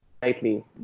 slightly